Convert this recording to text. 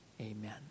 amen